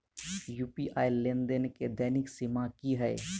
UPI लेनदेन केँ दैनिक सीमा की है?